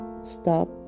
stop